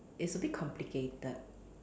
it's a bit complicated